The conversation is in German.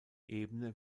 ebene